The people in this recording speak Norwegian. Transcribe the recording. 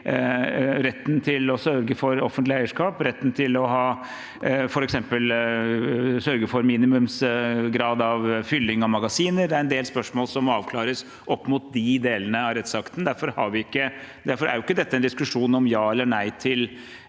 retten til å sørge for offentlig eierskap og retten til f.eks. å sørge for minimumsgrad av fylling av magasiner. Det er en del spørsmål som må avklares opp mot de delene av rettsakten. Derfor er ikke dette en diskusjon om ja eller nei til